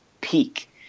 peak